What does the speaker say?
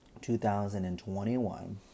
2021